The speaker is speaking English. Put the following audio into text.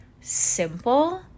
simple